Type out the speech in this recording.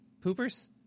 poopers